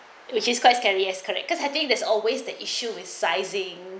which is quite scary as correct cause I think there's always the issue is sizing